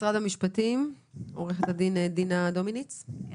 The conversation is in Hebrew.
משרד המשפטים, עו"ד דינה דומיניץ, בבקשה.